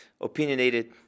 opinionated